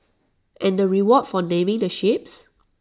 and the reward for naming the ships